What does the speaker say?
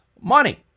money